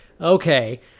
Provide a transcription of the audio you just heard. okay